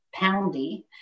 poundy